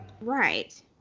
Right